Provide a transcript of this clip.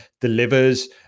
delivers